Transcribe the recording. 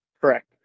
Correct